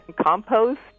compost